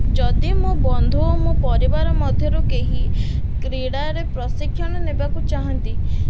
ଯଦି ମୋ ବନ୍ଧୁ ଓ ମୋ ପରିବାର ମଧ୍ୟରୁ କେହି କ୍ରୀଡ଼ାରେ ପ୍ରଶିକ୍ଷଣ ନେବାକୁ ଚାହାଁନ୍ତି